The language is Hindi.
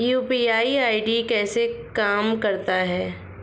यू.पी.आई आई.डी कैसे काम करता है?